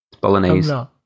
Bolognese